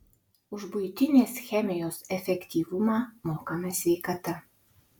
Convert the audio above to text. už buitinės chemijos efektyvumą mokame sveikata